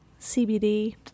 cbd